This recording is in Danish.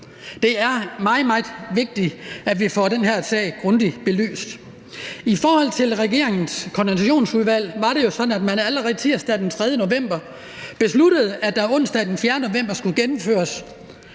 meget, meget vigtigt, at vi får den her sag grundigt belyst. I forhold til regeringens koordinationsudvalg var det jo sådan, at man allerede tirsdag den 3. november besluttede, at der onsdag den 4. november skulle gennemføres